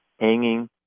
hanging